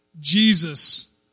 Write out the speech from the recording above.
Jesus